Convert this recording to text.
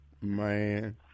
Man